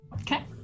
Okay